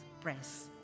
press